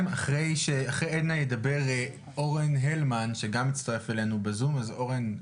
אורן הלמן, בבקשה.